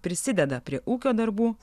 prisideda prie ūkio darbų